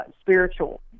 spiritual